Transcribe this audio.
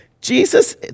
Jesus